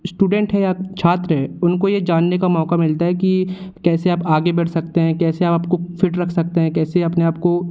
student हैं या छात्र है उनको यह जानने का मौका मिलता है कि कैसे आप आगे बढ़ सकते हैं कैसे आप आपको फ़िट रख सकते हैं कैसे अपने आपको